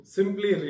Simply